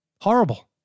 Horrible